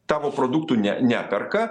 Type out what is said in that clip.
tavo produktų ne neperka